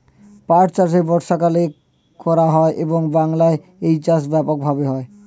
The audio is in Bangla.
পাট চাষ বর্ষাকালে করা হয় এবং বাংলায় এই চাষ ব্যাপক ভাবে হয়